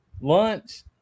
lunch